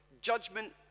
judgment